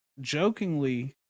jokingly